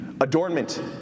adornment